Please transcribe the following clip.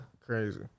Crazy